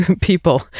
people